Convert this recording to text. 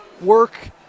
work